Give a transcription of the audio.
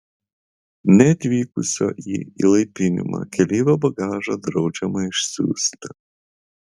neatvykusio į įlaipinimą keleivio bagažą draudžiama išsiųsti